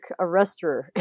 arrestor